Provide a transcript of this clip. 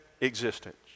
existence